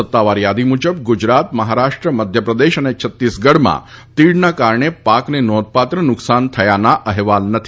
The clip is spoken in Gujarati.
સત્તાવાર યાદી મુજબ ગુજરાત મહારાષ્ટ્ર મધ્યપ્રદેશ અને છત્તીસગઢમાં તીડના કારણે પાકને નોંધપાત્ર નુકસાન થયાના અહેવાલ નથી